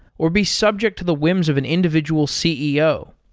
or be subject to the whims of an individual ceo.